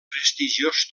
prestigiós